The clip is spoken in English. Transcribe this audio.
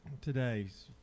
Today's